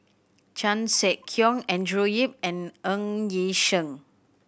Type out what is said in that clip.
Chan Sek Keong Andrew Yip and Ng Yi Sheng